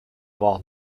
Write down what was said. avoir